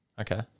Okay